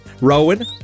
Rowan